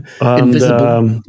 Invisible